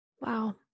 Wow